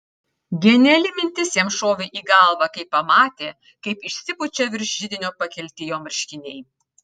geniali mintis jam šovė į galvą kai pamatė kaip išsipučia virš židinio pakelti jo marškiniai